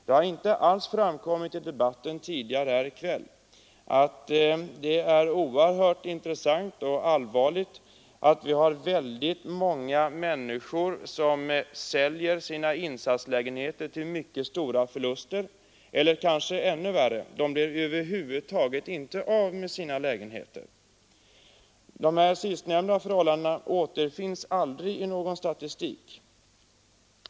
Det har inte alls framkommit i debatten här i kväll att det är oerhört allvarligt att många människor säljer sina insatslägenheter med mycket stora förluster eller — kanske ännu värre — över huvud taget inte blir av med sina lägenheter. De sistnämnda förhållandena återfinns aldrig i någon statistik.